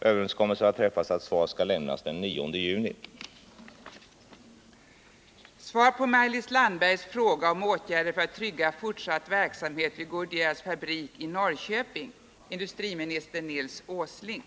Överenskommelse har träffats om att svar skall lämnas den 9 juni.